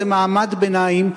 זה מעמד ביניים.